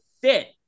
fit